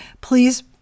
please